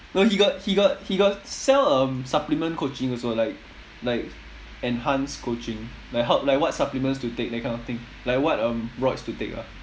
no he got he got he got sell um supplement coaching also like like enhanced coaching like how like what supplements to take that kind of thing like what um roids to take ah